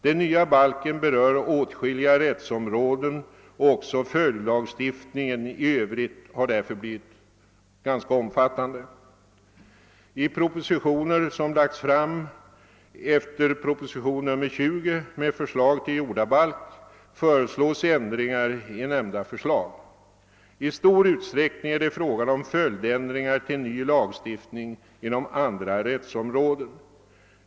Den nya balken berör åtskilliga rättsområden, och även följdlagstiftningen i övrigt har därför blivit ganska omfattande. I propositioner som lagts fram efter proposition nr 20 med förslag till jordabalk föreslås ändringar i nämnda förslag. I stor utsträckning är det fråga om följdändringar i ny lagstiftning inom andra rättsområden.